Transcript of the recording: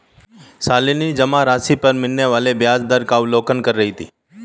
शालिनी जमा राशि पर मिलने वाले ब्याज दर का अवलोकन कर रही थी